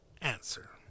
Answer